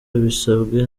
abisabwe